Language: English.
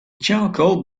charcoal